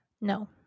No